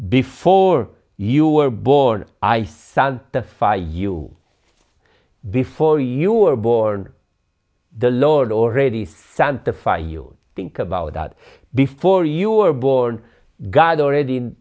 before you were born i son the fire you before you were born the lord already sent the five you think about that before you were born god already